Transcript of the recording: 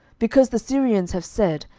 because the syrians have said,